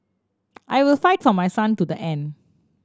I will fight for my son to the end